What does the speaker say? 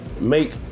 make